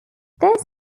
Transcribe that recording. this